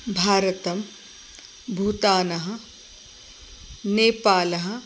भारतं भूतानः नेपालः